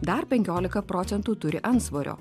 dar penkiolika procentų turi antsvorio